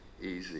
easy